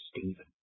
Stephen